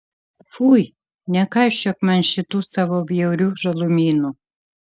fui nekaišiok man šitų savo bjaurių žalumynų